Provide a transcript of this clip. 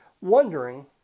wondering